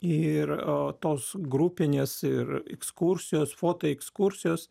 ir o tos grupinės ir ekskursijos fotoekskursijos